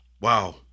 Wow